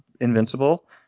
invincible